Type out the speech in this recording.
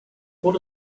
what